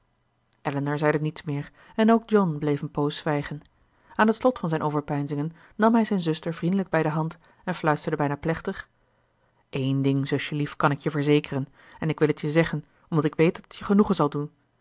elinor zeide niets meer en ook john bleef een poos zwijgen aan t slot van zijn overpeinzingen nam hij zijn zuster vriendelijk bij de hand en fluisterde bijna plechtig een ding zusjelief kan ik je verzekeren en ik wil het je zeggen omdat ik weet dat het je genoegen zal doen